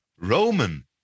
Roman